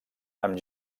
amb